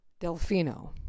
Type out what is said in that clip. Delfino